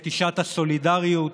יום הבחירות,